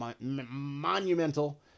monumental